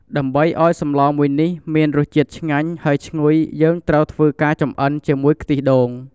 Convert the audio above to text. ដើម្បីអោយសម្លមួយនេះមានរសជាតិឆ្ងាញ់ហើយឈ្ងុយយើងត្រូវធ្វើការចំអិនជាមួយ ខ្ទិះដូង។